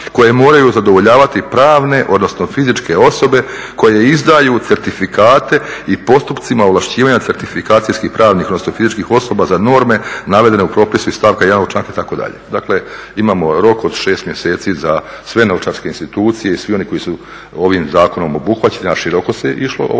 koje moraju zadovoljavati pravne, odnosno fizičke osobe koje izdaju certifikate i postupcima ovlašćivanja certifikacijskih pravnih odnosno fizičkih osoba za norme navedene u propisu iz stavka 1. ovog članka itd.. Dakle imamo rok od 6 mjeseci za sve novčarske institucije i svi oni koji su ovim zakonom obuhvaćeni a široko se išlo ovaj